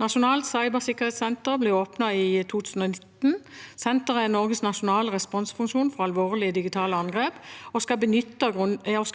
Nasjonalt cybersikkerhetssenter ble åpnet i 2019. Senteret er Norges nasjonale responsfunksjon for alvorlige digitale angrep og skal